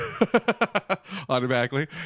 automatically